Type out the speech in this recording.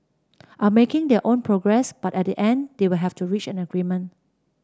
are making their own progress but at the end they will have to reach an agreement